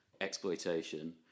exploitation